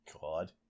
God